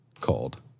called